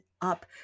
up